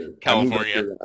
California